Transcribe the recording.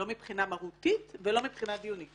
מבחינה מהותית ומבחינה דיונית.